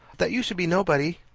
that you should be nobody.